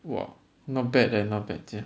!whoa! not bad leh not bad too